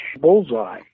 bullseye